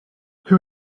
who